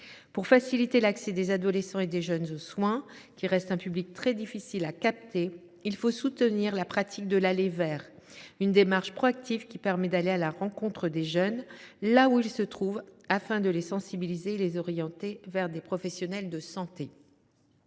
Pour faciliter l’accès aux soins des adolescents et des jeunes, qui restent un public très difficile à capter, il faut soutenir la pratique de l’« aller vers », une démarche proactive qui permet d’aller à la rencontre des jeunes, là où ils se trouvent, afin de les sensibiliser et de les orienter vers des professionnels de santé.